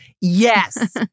Yes